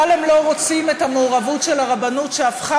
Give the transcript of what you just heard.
אבל הם לא רוצים את המעורבות של הרבנות שהפכה